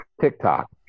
TikTok